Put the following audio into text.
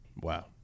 Wow